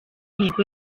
nibwo